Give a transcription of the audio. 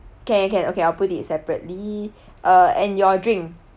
can can okay I'll put it separately uh and your drink